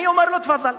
אני אומר לו: תפאדל,